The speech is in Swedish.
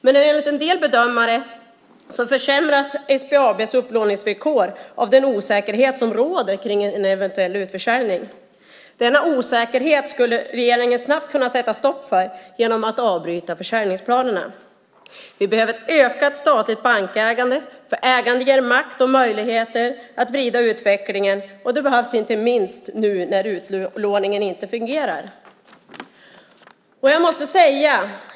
Men enligt en del bedömare försämras SBAB:s upplåningsvillkor av den osäkerhet som råder kring en eventuell utförsäljning. Denna osäkerhet skulle regeringen snabbt kunna sätta stopp för genom att avbryta försäljningsplanerna. Vi behöver ett ökat statligt bankägande eftersom ägande ger makt och möjligheter att vrida utvecklingen, och det behövs inte minst nu när utlåningen inte fungerar.